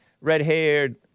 red-haired